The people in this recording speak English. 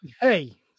Hey